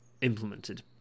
implemented